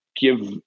give